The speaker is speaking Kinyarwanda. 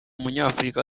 umunyafurika